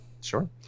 Sure